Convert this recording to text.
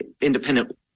independent